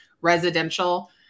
residential